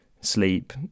sleep